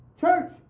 church